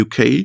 UK